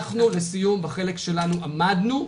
לסיום אנחנו בחלק שלנו עמדנו,